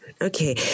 Okay